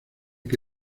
que